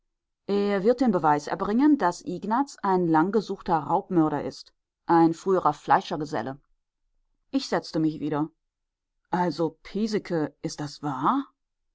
er wird den beweis erbringen daß ignaz ein langgesuchter raubmörder ist ein früherer fleischergeselle ich setzte mich wieder also piesecke ist das wahr